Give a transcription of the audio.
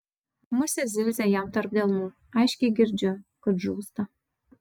musė zirzia jam tarp delnų aiškiai girdžiu kad žūsta